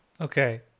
Okay